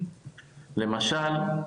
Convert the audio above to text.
למשל,